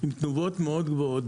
עם תנובות מאוד גבוהות,